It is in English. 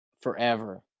forever